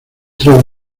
tres